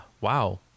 Wow